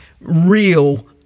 real